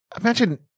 Imagine